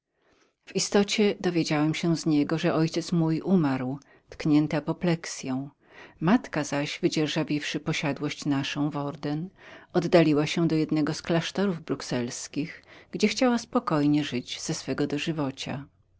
w istocie dowiedziałem się z niego że ojciec mój umarł dotknięty nagłem uderzeniem krwi matka zaś wydzierżawiwszy posiadłość naszą worden oddaliła się do jednego z klasztorów bruxelskich gdzie chciała spokojnie żyć ze swego dożywocia